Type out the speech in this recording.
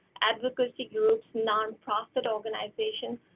advocacy groups, nonprofit organization.